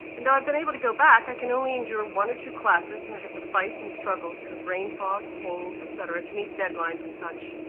and though i've been able to go back, i can only endure one or two classes, and i have to fight and struggle through brain fog, pain, et cetera, to meet deadlines and such,